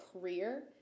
career